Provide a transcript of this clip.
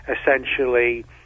essentially